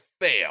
fail